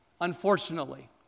unfortunately